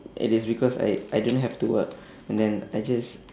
it is because I I don't have to work and then I just